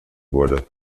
wurde